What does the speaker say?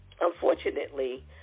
Unfortunately